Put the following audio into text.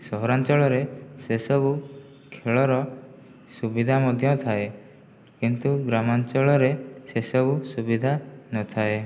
ସହରାଞ୍ଚଳରେ ସେସବୁ ଖେଳର ସୁବିଧା ମଧ୍ୟ ଥାଏ କିନ୍ତୁ ଗ୍ରାମାଞ୍ଚଳରେ ସେସବୁ ସୁବିଧା ନଥାଏ